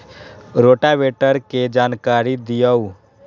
Rotavator के जानकारी दिआउ?